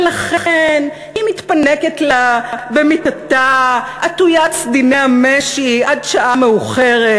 ולכן היא מתפנקת לה במיטתה עטוית סדיני המשי עד שעה מאוחרת.